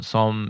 Som